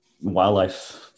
wildlife